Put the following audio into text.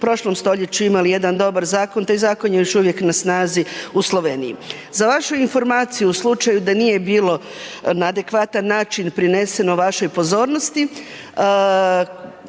u prošlom stoljeću imali jedan dobar zakon, taj zakon je još uvijek na snazi u Sloveniji. Za vašu informaciju, u slučaju da nije bilo na adekvatan način prineseno vašoj pozornosti,